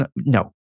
No